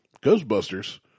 ghostbusters